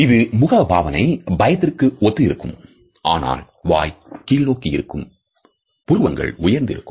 இதன் முகபாவனை பயத்திற்கு ஒத்து இருக்கும் ஆனால் வாய் கீழ் நோக்கி இருக்கும் போது புருவங்கள் உயர்ந்து இருக்கும்